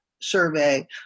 Survey